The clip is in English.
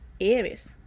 Aries